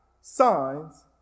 signs